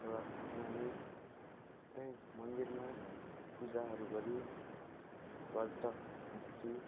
शिवरात्रिमा हामी त्यहीँ मन्दिरमा पूजाहरू गरी व्रत बसी